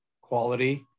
quality